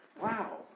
Wow